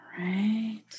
right